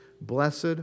Blessed